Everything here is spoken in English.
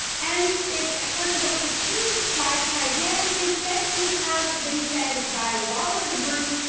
and if at first you don't succeed, try, try again is said to have been said by robert the bruce,